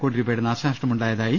കോടി രൂപയുടെ നാശനഷ്ടമുണ്ടായി